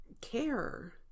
care